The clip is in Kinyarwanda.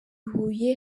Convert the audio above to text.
huye